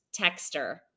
texter